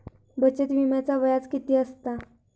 बचत विम्याचा व्याज किती असता?